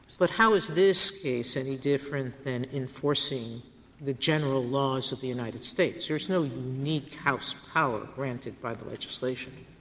but how is this case any different than enforcing the general laws of the united states? there's no unique house power granted by the legislation.